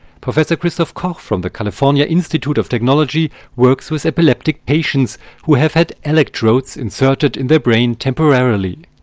professor christof koch from the california institute of technology works with epileptic patients who have had electrodes inserted in their brain temporarily.